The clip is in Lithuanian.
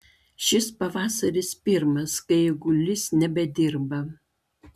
šis pavasaris pirmas kai eigulys nebedirba